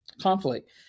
conflict